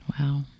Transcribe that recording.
Wow